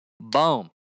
boom